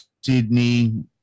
Sydney